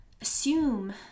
assume